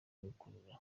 gukurura